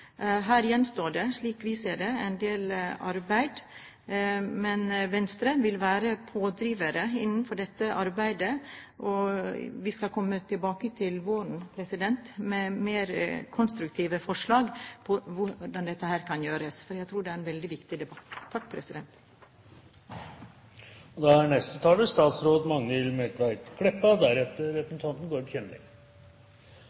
Her gjenstår det, slik vi ser det, en del arbeid. Men Venstre vil være pådriver innenfor dette arbeidet, og vi skal komme tilbake til våren med mer konstruktive forslag på hvordan dette kan gjøres, for jeg tror det er en veldig viktig debatt. Regjeringa har i St.meld. nr. 16 for 2008–2009, Nasjonal transportplan 2010–2019, lagt opp til ei investeringsramme på 72 mrd. kr til veg og